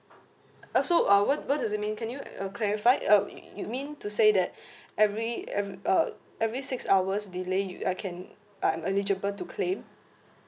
uh so uh what what does it mean can you uh clarify uh you mean to say that every eve~ uh every six hours delay you I can I'm eligible to claim